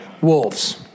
Wolves